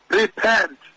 Repent